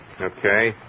Okay